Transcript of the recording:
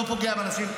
לא פוגע באנשים,